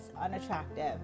unattractive